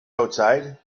outside